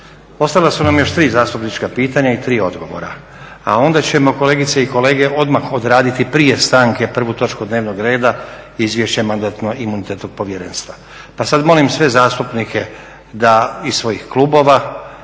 Ostala su nam još 3 zastupnička pitanja i 3 odgovora, a onda ćemo kolegice i kolege odmah odraditi prije stanke prvu točku dnevnog reda Izvješće Mandatno-imunitetnog povjerenstva. Pa sad molim sve zastupnike da iz svojih klubova,